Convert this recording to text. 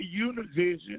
Univision